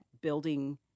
building